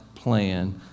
Plan